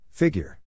Figure